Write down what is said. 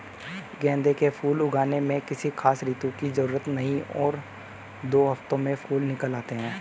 गेंदे के फूल उगाने में किसी खास ऋतू की जरूरत नहीं और दो हफ्तों में फूल निकल आते हैं